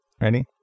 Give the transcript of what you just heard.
Ready